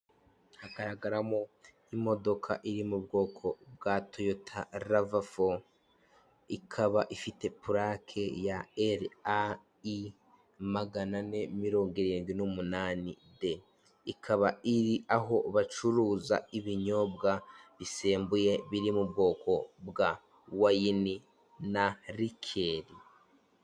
Hagaragaramo imodoka iri mu bwoko bwa toyota lava fo ikaba ifite purake ya e a i magana ane mirongo irindwi n'umunani de, ikaba iri aho bacuruza ibinyobwa bisembuye biri mu bwoko bwa wayini na rikeri.